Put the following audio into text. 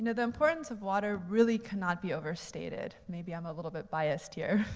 and the importance of water really cannot be overstated. maybe i'm a little bit biased here.